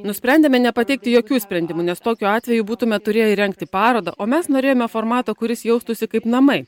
nusprendėme nepateikti jokių sprendimų nes tokiu atveju būtume turėję įrengti parodą o mes norėjome formato kuris jaustųsi kaip namai